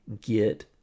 get